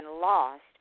lost